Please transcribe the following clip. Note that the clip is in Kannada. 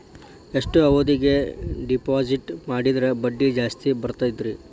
ಎಷ್ಟು ಅವಧಿಗೆ ಡಿಪಾಜಿಟ್ ಮಾಡಿದ್ರ ಬಡ್ಡಿ ಜಾಸ್ತಿ ಬರ್ತದ್ರಿ?